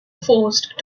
forced